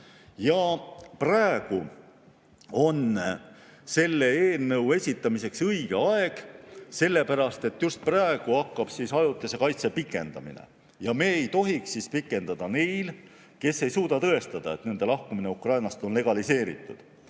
Praegu on selle eelnõu esitamiseks õige aeg, sellepärast, et just praegu hakkab ajutise kaitse pikendamine. Me ei tohiks seda pikendada neil, kes ei suuda tõestada, et nende lahkumine Ukrainast on legaliseeritud,